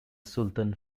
sultan